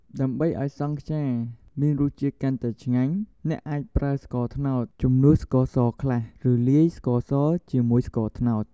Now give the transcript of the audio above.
ដើម្បីឲ្យសង់ខ្យាមានរសជាតិកាន់តែឆ្ងាញ់ អ្នកអាចប្រើ ស្ករត្នោត ជំនួសស្ករសខ្លះ ឬលាយស្ករសជាមួយស្ករត្នោត។